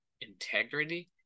integrity